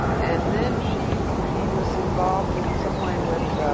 and then she she was involved, in some way, with.